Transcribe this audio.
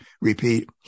repeat